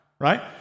right